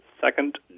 second